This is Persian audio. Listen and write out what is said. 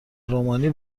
رومانی